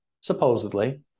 supposedly